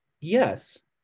Yes